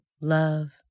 love